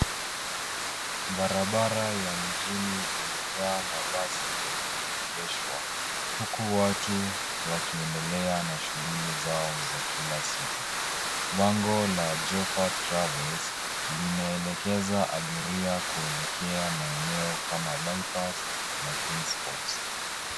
Barabara ya mjini imejaa mabasi yaliyoegeshwa huku watu wakiendelea na shughuli zao za kila siku. Bango la Lopha Travels linaelekeza abiria kuelekea maeneo kama Bypass na GreenSpots.